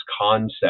concept